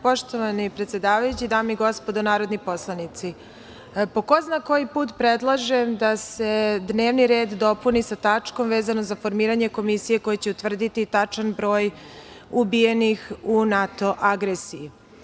Poštovani predsedavajući, dame i gospodo narodni poslanici, po ko zna koji put predlažem da se dnevni red dopuni sa tačkom vezano za formiranje komisije koja će utvrditi tačan broj ubijenih u NATO agresiji.